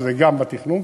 שזה גם בתכנון,